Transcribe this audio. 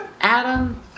Adam